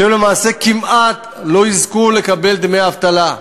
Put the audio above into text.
ולמעשה הם כמעט לא יזכו לקבל דמי אבטלה.